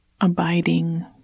Abiding